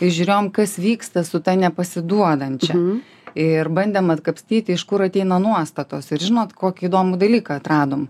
ir žiūrėjom kas vyksta su ta nepasiduodančia ir bandėm atkapstyti iš kur ateina nuostatos ir žinot kokį įdomų dalyką atradom